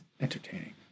entertaining